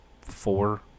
four